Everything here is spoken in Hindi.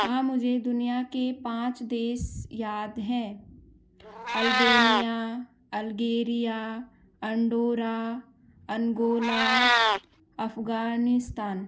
हाँ मुझे दुनिया के पाँच देश याद है Albania Algeria Andorra Angola Afghanistan